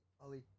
Ali